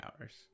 hours